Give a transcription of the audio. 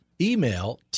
Email